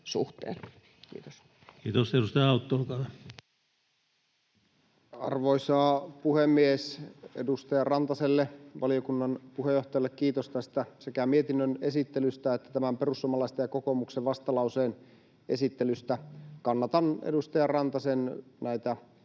siihen liittyviksi laeiksi Time: 19:14 Content: Arvoisa puhemies! Edustaja Rantaselle, valiokunnan puheenjohtajalle, kiitos sekä mietinnön esittelystä että perussuomalaisten ja kokoomuksen vastalauseen esittelystä. Kannatan näitä edustaja Rantasen